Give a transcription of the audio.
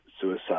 suicide